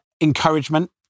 encouragement